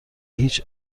هیچ